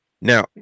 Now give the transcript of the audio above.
Now